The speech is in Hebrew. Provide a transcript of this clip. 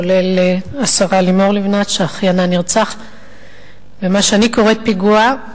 כולל השרה לימור לבנת שאחיינה נרצח במה שאני קוראת פיגוע.